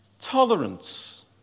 tolerance